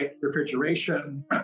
refrigeration